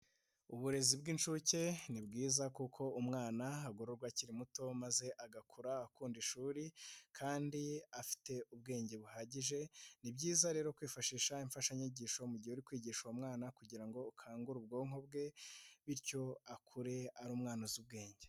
Uburezi bw'inshuke ni bwiza kuko umwana agororwa akiri muto maze agakura akunda ishuri kandi afite ubwenge buhagije, ni byiza rero kwifashisha imfashanyigisho mu gihe uri kwigisha uwo mwana kugira ngo ukangure ubwonko bwe, bityo akure ari umwana uzi ubwenge.